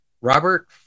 Robert